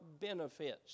benefits